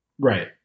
Right